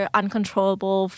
uncontrollable